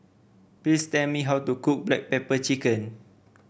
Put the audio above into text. please tell me how to cook Black Pepper Chicken